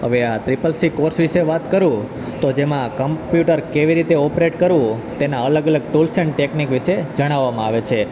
હવે આ triple C course વિશે વાત કરું તો તેમાં કમ્પ્યુટર કેવી રીતે ઓપરેટ કરવું તેના અલગ અલગ ટૂલ્સ એન્ડ ટેકનિક વિશે જણાવવામાં આવે છે